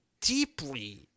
deeply